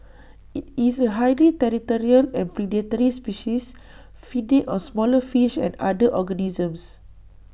IT is A highly territorial and predatory species feeding on smaller fish and other organisms